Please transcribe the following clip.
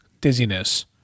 Dizziness